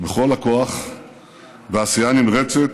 בכל הכוח בעשייה נמרצת,